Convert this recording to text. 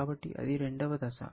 కాబట్టి అది రెండవ దశ